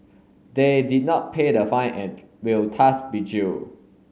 they did not pay the fine and will thus be jail